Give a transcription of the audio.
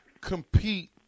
compete